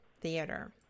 theater